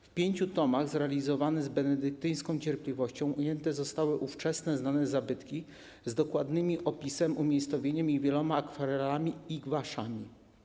W pięciu tomach, zrealizowanych z benedyktyńską cierpliwością, ujęte zostały ówczesne znane zabytki z dokładnym opisem, umiejscowieniem i wieloma akwarelami i gwaszami.